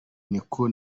niko